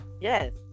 Yes